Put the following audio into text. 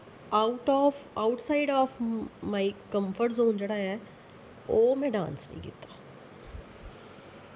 out of outside of my comfort zone जेह्ड़ा ऐ ओह् में डांस नी कीता